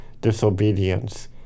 disobedience